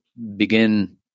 begin